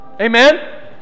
Amen